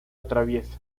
atraviesa